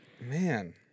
Man